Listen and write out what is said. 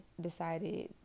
decided